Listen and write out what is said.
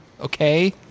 Okay